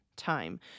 time